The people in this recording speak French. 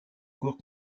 corps